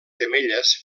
femelles